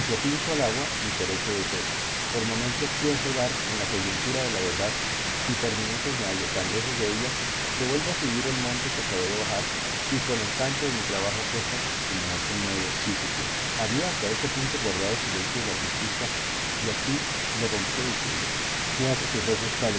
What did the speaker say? propincuo al agua y perece de sed por momentos pienso dar en la coyuntura de la verdad y por minutos me hallo tan lejos della que vuelvo a subir el monte que acabé de bajar con el canto de mi trabajo a cuestas como otro nuevo sísifo había hasta este punto guardado silencio el arbitrista y aquí le rompió diciendo cuatro quejosos